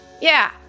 Yeah